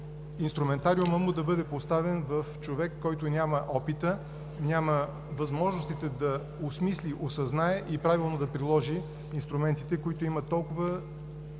инструментариумът му да бъде поставен в човек, който няма опита, няма възможностите да осмисли, осъзнае и правилно да приложи инструментите, които имат толкова